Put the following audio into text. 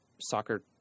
soccer